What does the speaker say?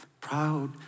Proud